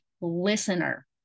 listener